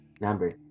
Number